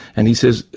and he says,